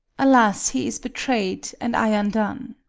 alas, he is betray'd, and i undone!